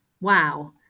Wow